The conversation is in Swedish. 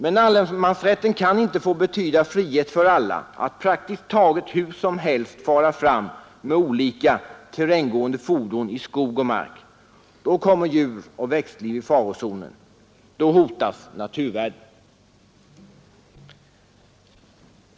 Men allemansrätten kan inte få betyda frihet för alla att praktiskt taget hur som helst fara fram med olika terränggående fordon i skog och mark. Då kommer djuroch växtliv i farozonen, då hotas naturvärlden.